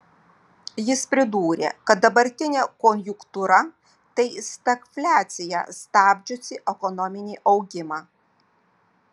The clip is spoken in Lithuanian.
jis pridūrė kad dabartinė konjunktūra tai stagfliacija sustabdžiusi ekonominį augimą